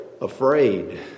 afraid